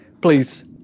please